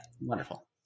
Wonderful